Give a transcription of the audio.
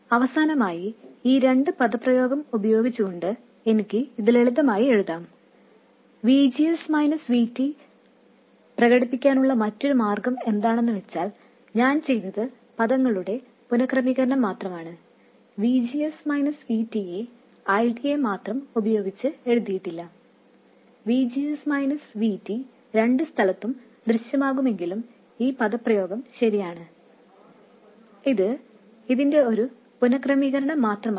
അവസാനമായി ഈ രണ്ട് എക്സ്പ്രെഷൻ പരിശോധിച്ചു കൊണ്ട് എനിക്ക് ഇത് ലളിതമായി എഴുതാം V G S V T പ്രകടിപ്പിക്കാനുള്ള മറ്റൊരു മാർഗ്ഗം എന്താണെന്നു വെച്ചാൽ ഞാൻ ചെയ്തത് പദങ്ങളുടെ പുനഃക്രമീകരണം മാത്രമാണ് V G S V T യെ I D യെ മാത്രം ഉപയോഗിച്ച് എഴുതിയിട്ടില്ല V G S V T രണ്ട് സ്ഥലത്തും ദൃശ്യമാകുമെങ്കിലും ഈ എക്സ്പ്രെഷൻ ശരിയാണ് ഇത് ഇതിന്റെ ഒരു പുനഃക്രമീകരണം മാത്രമാണ്